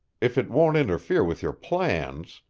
if it won't interfere with your plans,